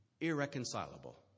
irreconcilable